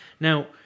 Now